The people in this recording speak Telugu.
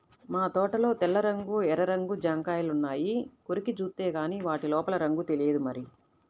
మా తోటలో తెల్ల రంగు, ఎర్ర రంగు జాంకాయలున్నాయి, కొరికి జూత్తేగానీ వాటి లోపల రంగు తెలియదు మరి